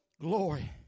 Glory